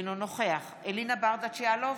אינו נוכח אלינה ברדץ' יאלוב,